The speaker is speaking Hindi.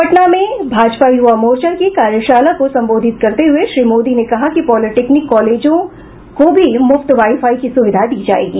पटना में भाजपा युवा मोर्चा की कार्यशाला को संबोधित करते हुये श्री मोदी ने कहा कि पॉलिटेक्निक कॉलेजों को भी मुफ्त वाई फाई की सुविधा दी जायेगी